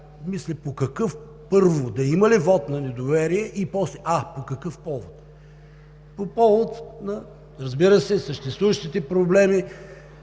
мисли, първо, да има ли вот на недоверие и после: а, по какъв повод? По повод на, разбира се, съществуващите проблеми